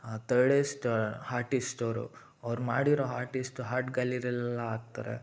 ಥರ್ಡೆಸ್ಟ್ artist ಅವರು ಅವ್ರು ಮಾಡಿರೋ ಆರ್ಟಿಸ್ಟ್ ಹಾರ್ಟ್ ಗ್ಯಾಲರಿಲ್ಲಿ ಹಾಕ್ತಾರೆ